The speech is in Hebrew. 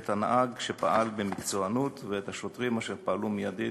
את הנהג שפעל במקצוענות ואת השוטרים אשר פעלו מייד,